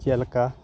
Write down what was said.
ᱪᱮᱫᱞᱮᱠᱟ